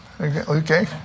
Okay